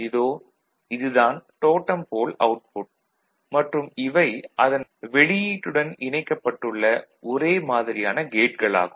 இதோ இது தான் டோடம் போல் அவுட்புட் மற்றும் இவை அதன் வெளியீட்டுடன் இணைக்கப்பட்டுள்ள ஒரே மாதிரியான கேட்கள் ஆகும்